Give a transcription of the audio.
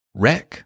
Wreck